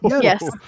Yes